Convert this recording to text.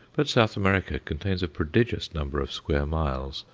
but south america contains a prodigious number of square miles,